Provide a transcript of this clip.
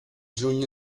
juny